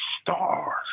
stars